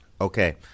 Okay